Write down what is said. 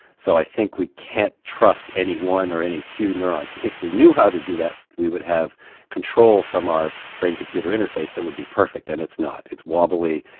so i think we can't trust anyone or any few neurons. if we knew how to do that we would have control from our brain computer interface that would be perfect and it's not, it's wobbly,